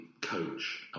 coach